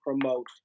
promote